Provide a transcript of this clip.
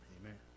Amen